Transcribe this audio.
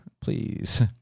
Please